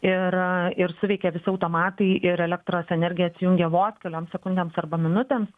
ir ir suveikė visi automatai ir elektros energija atsijungė vos kelioms sekundėms arba minutėms